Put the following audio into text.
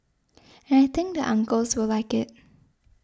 and I think the uncles will like it